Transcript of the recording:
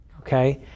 Okay